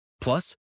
Plus